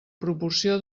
proporció